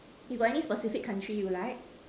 you got any specific country you like